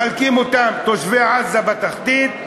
מחלקים אותם: תושבי עזה בתחתית,